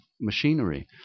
machinery